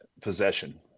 possession